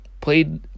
Played